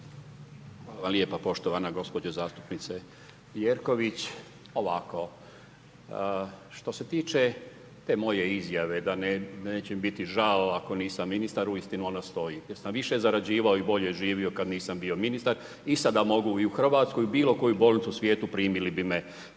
lijepa poštovana gospođo zastupnice Jerković. Ovako, što se tiče te moje izjave da neće mi biti žao ako nisam ministar uistinu ono stoji jer sam više zarađivao i bolje živio kad nisam bio ministar i sada mogu i u Hrvatskoj i u bilokojoj u bolnici u svijetu, primili bi me